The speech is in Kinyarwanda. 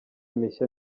mishya